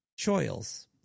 Choils